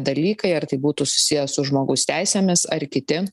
dalykai ar tai būtų susiję su žmogaus teisėmis ar kiti